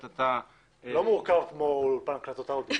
לא מורכב כמו אולפן הקלטות וידאו.